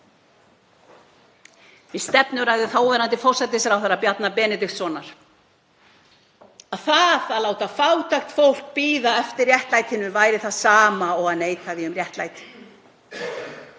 um stefnuræðu þáverandi forsætisráðherra, Bjarna Benediktssonar, að það að láta fátækt fólk bíða eftir réttlætinu væri það sama og að neita því um réttlæti.